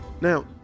Now